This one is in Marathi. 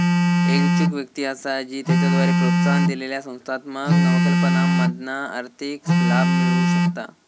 एक इच्छुक व्यक्ती असा जी त्याच्याद्वारे प्रोत्साहन दिलेल्या संस्थात्मक नवकल्पनांमधना आर्थिक लाभ मिळवु शकता